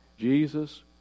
Jesus